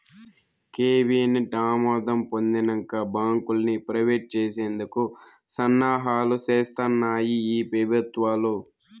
cabinet ఆమోదం పొందినంక బాంకుల్ని ప్రైవేట్ చేసేందుకు సన్నాహాలు సేస్తాన్నాయి ఈ పెబుత్వాలు